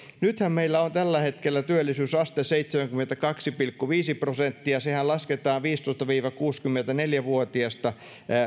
nythän meillä on tällä hetkellä työllisyysaste seitsemänkymmentäkaksi pilkku viisi prosenttia sehän lasketaan viisitoista viiva kuusikymmentäneljä vuotiaasta